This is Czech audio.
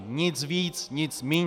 Nic víc, nic míň.